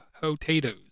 potatoes